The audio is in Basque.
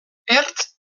ertz